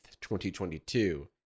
2022